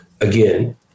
again